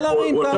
תודה, חברים.